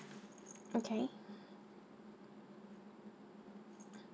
okay